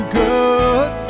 good